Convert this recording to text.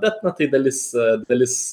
bet na tai dalis dalis